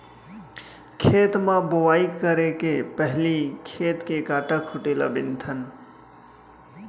खेत म बोंवई करे के पहिली खेत के कांटा खूंटी ल बिनथन